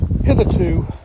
hitherto